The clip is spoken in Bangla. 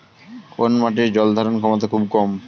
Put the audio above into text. কোন মাটির জল ধারণ ক্ষমতা খুব কম?